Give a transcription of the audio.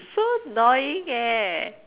so annoying eh